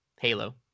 Halo